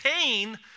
pain